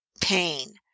pain